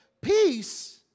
Peace